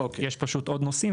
יש פשוט עוד נושאים,